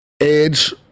edge